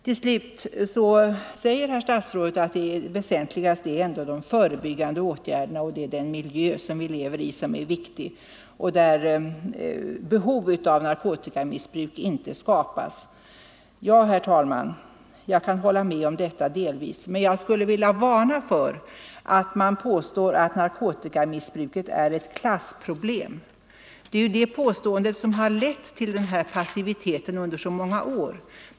Till slut säger herr statsrådet att det väsentligaste är ändå de förebyggande åtgärderna — det är den miljö vi lever i som är viktig, det skall vara en miljö där behov av narkotikamissbruk inte skapas. Ja, herr talman, jag kan hålla med om detta delvis. Men jag skulle vilja varna för att man påstår att narkotikabruket är ett klassproblem. Det är ju det påståendet som har lett till denna passivitet under så många år.